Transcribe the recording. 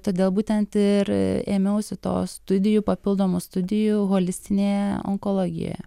todėl būtent ir ėmiausi tos studijų papildomų studijų holistinėje onkologijoje